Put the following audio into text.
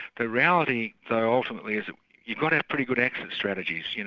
the reality though ultimately is that you've got to have pretty good exit strategies. you know